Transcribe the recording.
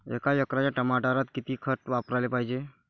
एका एकराच्या टमाटरात किती खत वापराले पायजे?